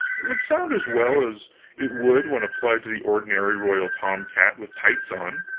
would sound as well as it would when applied to the ordinary royal tomcat with tights on. and